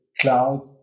cloud